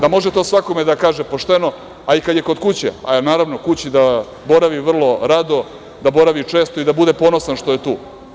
Da može to svakome da kaže pošteno, a i kada je kod kuće, a naravno, kući da boravi vrlo rado, da boravi često i da bude ponosan što je tu.